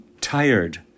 tired